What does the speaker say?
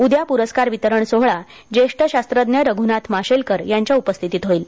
उद्या पुरस्कार वितरण सोहळा ज्येष्ठ शास्त्रज्ञ रघ्नाथ माशेलकर यांच्या उपस्थितीत होईल